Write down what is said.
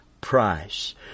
price